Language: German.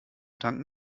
tanken